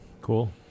cool